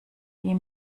die